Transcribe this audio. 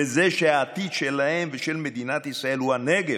וזה שהעתיד שלהם ושל מדינת ישראל הוא הנגב.